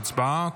ההצבעה.